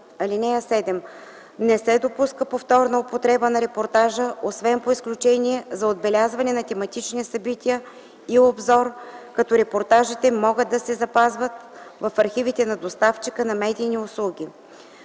(7) Не се допуска повторна употреба на репортажа освен по изключение за отбелязване на тематични събития и обзор, като репортажите могат да се запазват в архивите на доставчика на медийни услуги.